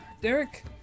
Derek